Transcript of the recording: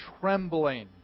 trembling